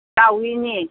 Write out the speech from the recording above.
गावैनि